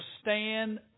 stand